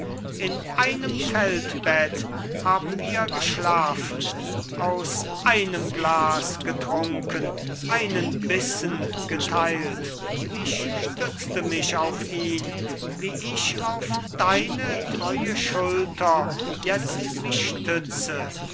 in einem feldbett haben wir geschlafen aus einem glas getrunken einen bissen geteilt ich stützte mich auf ihn wie ich auf deine treue schulter jetzt mich stütze